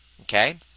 okay